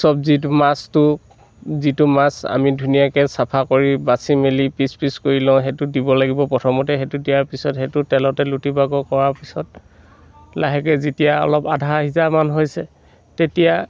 চব্জিত মাছটো যিটো মাছ আমি ধুনীয়াকৈ চাফা কৰি বাচি মেলি পিচ পিচ কৰি লওঁ সেইটো দিব লাগিব প্ৰথমতে সেইটো দিয়াৰ পিছতহে সেইটো তেলতে লুটি বাগৰ কৰাৰ পিছত লাহেকৈ যেতিয়া অলপ আধা সিজামান হৈছে তেতিয়া